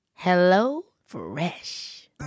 HelloFresh